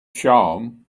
charm